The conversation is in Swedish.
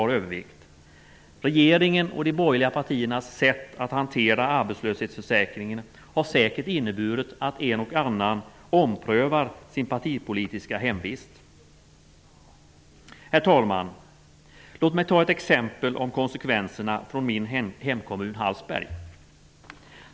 Regeringen och de borgerliga partiernas sätt att hantera arbetslöshetsförsäkringen har säkert inneburit att en och annan omprövar sin partipolitiska hemvist. Herr talman! Låt mig ta ett exempel på konsekvenserna från min hemkommun Hallsberg.